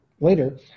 later